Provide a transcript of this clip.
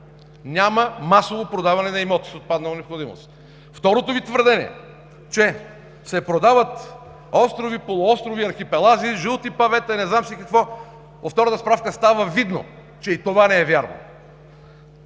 Няма масово продаване на имоти с отпаднала необходимост! Второто Ви твърдение, че се продават острови, полуострови, архипелази, жълти павета и не знам си какво – от втората справка става видно, че и това не е вярно.